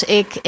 ik